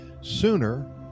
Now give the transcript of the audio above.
sooner